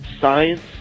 science